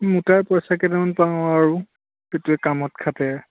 মুঠাই পইচা কেইটামান পাওঁ আৰু সেইটোৱে কামত খাটে